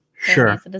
sure